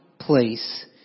place